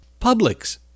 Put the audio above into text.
Publix